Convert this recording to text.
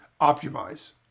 optimize